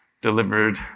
delivered